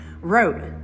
wrote